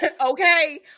okay